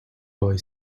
boy